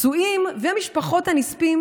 הפצועים ומשפחות הנספים